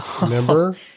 Remember